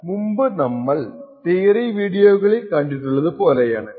എന്നാൽ നമ്മൾ ചെയ്യാൻ പോകുന്നത് നമ്മൾ മുമ്പ് തിയറി വീഡിയോകളിൽ കണ്ടിട്ടുള്ളത് പോലെയാണ്